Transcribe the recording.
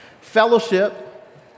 Fellowship